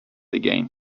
again